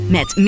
Met